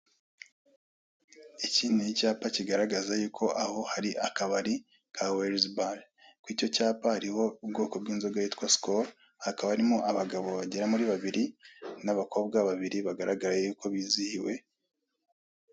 Iki ni icyapa kigaragaza yuko aho hari akabari ka welezi bare kwicyo cyapa hariho ubwoko bw'inzoga yitwa sikolo, hakaba harimo abagabo bagera muri babiri n'abakobwa babiri bagaragaye yuko bizihiwe.